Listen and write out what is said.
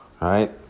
right